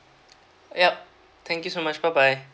yup thank you so much bye bye